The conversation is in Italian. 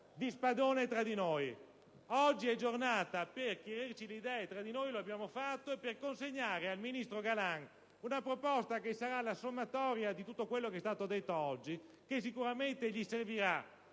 di spadone tra di noi, oggi è giornata per chiarirci le idee tra di noi e consegnare al ministro Galan una proposta che sarà la sommatoria di tutto quello che è stato detto oggi, che sicuramente gli servirà